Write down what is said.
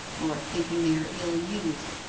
or thinking they are ill-used,